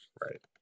right